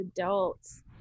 adults